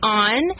on